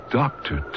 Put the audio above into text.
doctor